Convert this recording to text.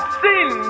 sin